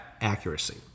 accuracy